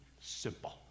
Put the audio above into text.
simple